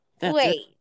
Wait